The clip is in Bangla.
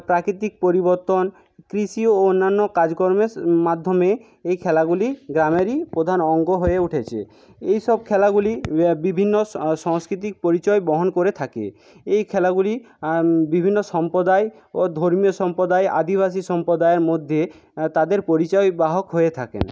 প্রাকৃতিক পরিবর্তন কৃষি ও অন্যান্য কাজকর্মের মাধ্যমে এই খেলাগুলি গ্রামেরই প্রধান অঙ্গ হয়ে উঠেছে এই সব খেলাগুলি ব বিভিন্ন সাংস্কৃতিক পরিচয় বহন করে থাকে এই খেলাগুলি বিভিন্ন সম্পদায় ও ধর্মীয় সম্পদায় আদিবাসী সম্পদায়ের মধ্যে তাদের পরিচয় বাহক হয়ে থাকেন